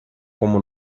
como